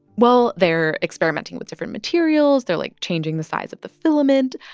well, they're experimenting with different materials. they're, like, changing the size of the filament.